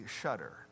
shudder